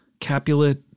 Capulet